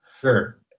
sure